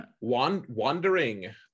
wandering